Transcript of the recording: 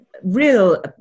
real